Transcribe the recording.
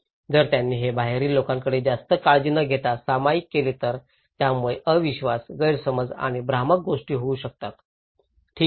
जर त्यांनी ते बाहेरील लोकांकडे जास्त काळजी न देता सामायिक केले तर यामुळे अविश्वास गैरसमज आणि भ्रामक गोष्टी होऊ शकतात ठीक आहे